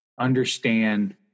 understand